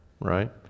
right